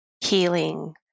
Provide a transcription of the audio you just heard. healing